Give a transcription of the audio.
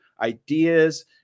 ideas